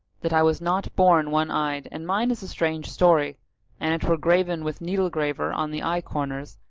that i was not born one eyed and mine is a strange story an it were graven with needle graver on the eye corners,